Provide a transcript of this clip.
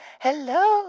Hello